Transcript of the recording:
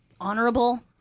honorable